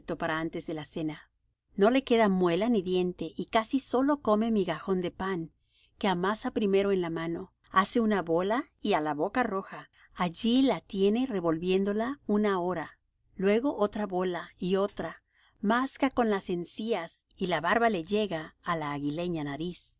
para antes de la cena no le queda muela ni diente y casi sólo come migajón de pan que amasa primero en la mano hace una bola y á la boca roja allí la tiene revolviéndola una hora luego otra bola y otra masca con las encías y la barba le llega á la aguileña nariz